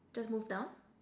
just move down